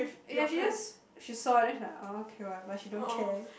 yes she just she saw then she like oh okay whatever she don't care